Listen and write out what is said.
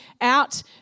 out